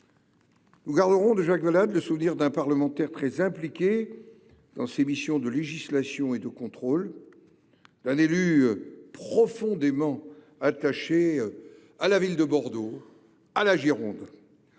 Nous garderons de Jacques Valade le souvenir d’un parlementaire très impliqué dans ses missions de législation et de contrôle, d’un élu profondément attaché à la ville de Bordeaux et à la Gironde,